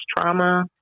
trauma